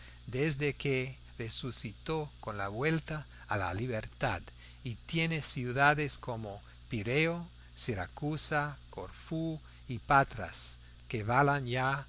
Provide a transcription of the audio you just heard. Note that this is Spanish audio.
desde que resucitó con la vuelta a la libertad y tiene ciudades como pireo siracusa corfú y patras que valen ya